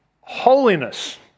holiness